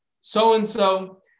so-and-so